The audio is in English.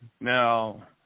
Now